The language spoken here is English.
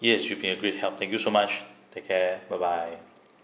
yes you've been a good help thank you so much take care bye bye